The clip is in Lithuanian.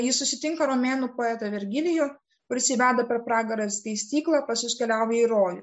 jis susitinka romėnų poetą vergilijų kuris jį veda per pragarą ir skaistyklą pats jis keliauja į rojų